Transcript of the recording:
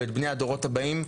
ואת בני הדורות הבאים,